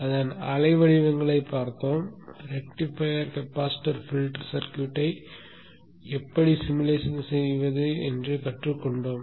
அதன் அலை வடிவங்களைப் பார்த்தோம் ரெக்டிஃபையர் கெபாசிட்டர் ஃபில்டர் சர்க்யூட்டை எப்படி உருவகப்படுத்துவது என்று கற்றுக்கொண்டோம்